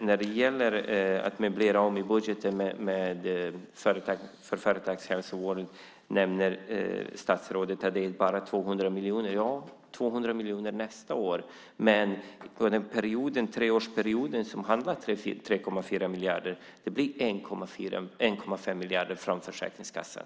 När det gäller att möblera om i budgeten för företagshälsovården nämner statsrådet att det bara är 200 miljoner. Ja, det är 200 miljoner nästa år, men under treårsperioden handlar det om 3,4 miljarder. Det blir 1,5 miljarder från Försäkringskassan.